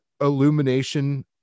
illumination